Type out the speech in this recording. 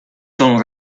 son